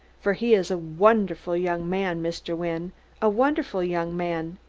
for he is a wonderful young man, mr. wynne a wonderful young man.